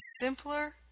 simpler